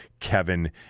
kevin